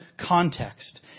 context